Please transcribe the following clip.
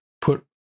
put